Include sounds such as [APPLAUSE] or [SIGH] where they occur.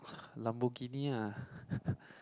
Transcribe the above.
Lamborghini ah [BREATH]